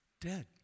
Dead